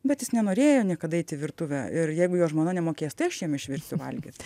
bet jis nenorėjo niekada eiti į virtuvę ir jeigu jo žmona nemokės tai aš jam išvirsiu valgyt